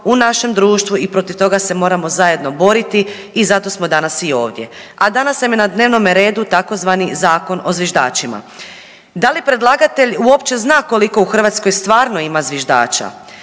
u našem društvu i protiv toga se moramo zajedno boriti i zato smo danas i ovdje, a danas nam je na dnevnome redu tzv. Zakon o zviždačima. Da li predlagatelj uopće zna koliko u Hrvatskoj stvarno ima zviždača?